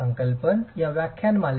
सुप्रभात